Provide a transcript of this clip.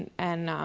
and